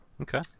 Okay